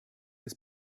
des